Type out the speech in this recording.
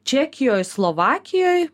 čekijoj slovakijoj